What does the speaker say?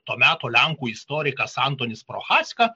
to meto lenkų istorikas antonis prochacka